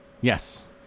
Yes